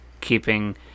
keeping